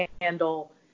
handle